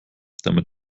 damit